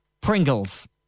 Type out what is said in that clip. Pringles